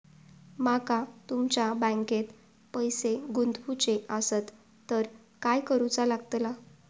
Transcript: माका तुमच्या बँकेत पैसे गुंतवूचे आसत तर काय कारुचा लगतला?